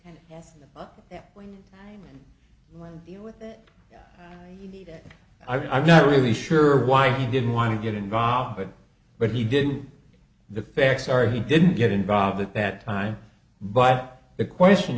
line deal with me that i'm not really sure why he didn't want to get involved but but he didn't the facts are he didn't get involved at that time but the question